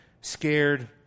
scared